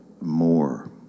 more